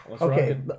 Okay